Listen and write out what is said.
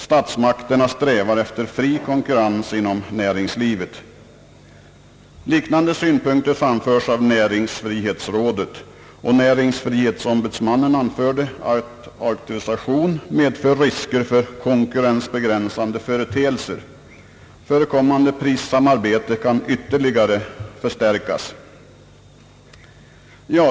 Statsmakterna strävar efter fri konkurrens inom näringslivet.» Liknande synpunkter framföres av näringsfrihetsrådet, och näringsfrihetsombudsmannen anför att auktorisation medför risker för konkurrensbegränsande företeelser och att förekommande prissamarbete kan ytterligare förstärkas.